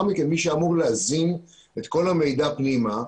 מכן מי שאמור להזין את כל המידע פנימה,